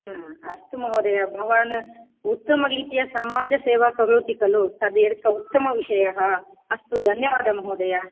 हा अस्तु महोदय भवान् उत्तमरीत्या समाजसेवा करोति खलु तदेव उत्तमविषयः अस्तु धन्यवाद महोदय